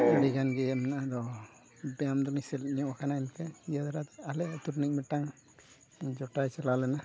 ᱟᱹᱰᱤᱜᱟᱱ ᱜᱮ ᱢᱮᱱᱟᱜ ᱨᱮᱦᱚᱸ ᱵᱮᱭᱟᱢ ᱫᱚ ᱢᱤᱥᱮᱞ ᱧᱚᱜ ᱟᱠᱟᱱᱟ ᱮᱱᱛᱮ ᱤᱭᱟᱹ ᱫᱷᱟᱨᱟᱛᱮ ᱟᱞᱮ ᱟᱛᱳ ᱨᱤᱱᱤᱡ ᱢᱤᱫᱴᱟᱝ ᱡᱚᱴᱟᱣᱮ ᱪᱟᱞᱟᱣ ᱞᱮᱱᱟ